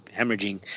hemorrhaging